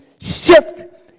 shift